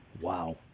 Wow